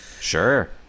Sure